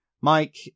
Mike